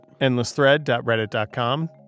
Endlessthread.reddit.com